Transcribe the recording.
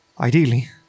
ideally